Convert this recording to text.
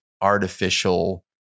artificial